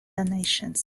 donations